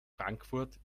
frankfurt